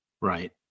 Right